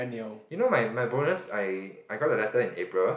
you know my my bonus I I got the letter in April